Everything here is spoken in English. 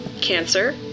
cancer